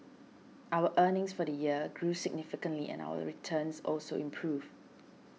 our earnings for the year grew significantly and our returns also improved